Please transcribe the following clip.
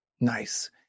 Nice